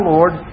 Lord